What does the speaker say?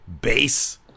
base